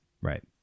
Right